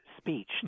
speech